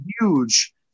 huge